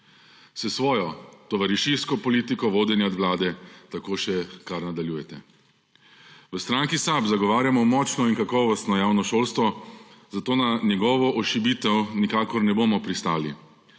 S svojo tovarišijsko politiko vodenja vlade tako še kar nadaljujete. V SAB zagovarjamo močno in kakovostno javno šolstvo, zato na njegovo ošibitev nikakor ne bomo pristali.